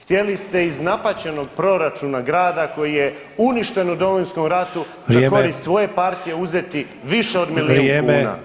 Htjeli ste iz napaćenog proračuna grada koji je uništen u Domovinskom ratu za korist svoje partije [[Upadica: Vrijeme.]] uzeti više od milijun kuna.